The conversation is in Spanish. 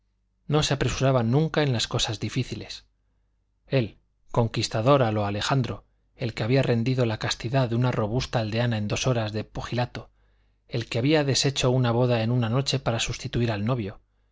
no se apresuraba nunca en las cosas difíciles él el conquistador a lo alejandro el que había rendido la castidad de una robusta aldeana en dos horas de pugilato el que había deshecho una boda en una noche para sustituir al novio